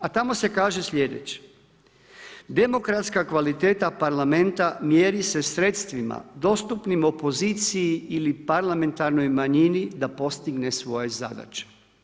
A tamo se kaže slijedeće, demokratska kvaliteta parlamenta mjeri se sredstvima dostupnim opoziciji ili parlamentarnoj manjini da postigne svoje zadaće.